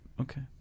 Okay